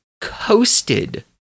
coasted